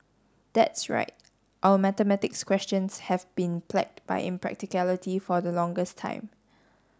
that's right our mathematics questions have been plagued by impracticality for the longest time